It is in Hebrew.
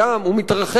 הוא מתרחש.